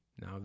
Now